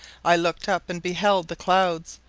i looked up, and beheld the clouds,